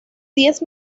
diez